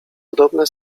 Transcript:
podobne